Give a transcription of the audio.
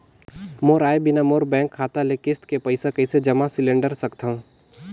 मोर आय बिना मोर बैंक खाता ले किस्त के पईसा कइसे जमा सिलेंडर सकथव?